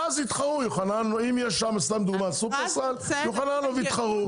ואז אם לדוגמה יש שם שופרסל אז יוחננוף יתחרו.